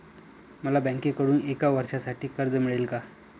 मला बँकेकडून एका वर्षासाठी कर्ज मिळेल का?